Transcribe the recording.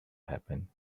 happen